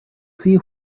see